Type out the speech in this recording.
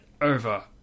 over